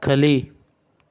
ಕಲಿ